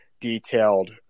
detailed